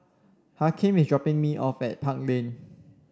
Hakim is dropping me off at Park Lane